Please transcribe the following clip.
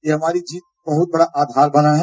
ये हमारी जीत का बहुत बड़ा आधार बना है